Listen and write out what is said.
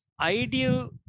ideal